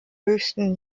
höchsten